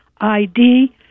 ID